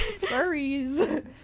furries